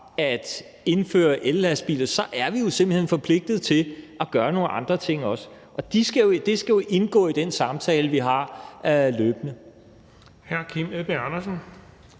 at indføre ellastbiler, er vi jo simpelt hen forpligtet til at gøre nogle andre ting også. Og det skal jo indgå i den samtale, vi har løbende.